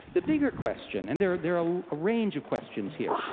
the bigger question, and there are there are a range of questions here,